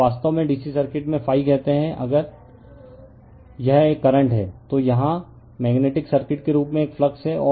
अब वास्तव में DC सर्किट में कहते हैं कि अगर यह एक करंट है तो यहां मेग्नेटिक सर्किट के अनुरूप एक फ्लक्स है